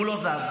הוא לא זז.